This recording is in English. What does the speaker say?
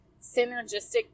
synergistic